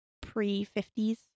pre-50s